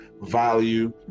value